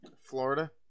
Florida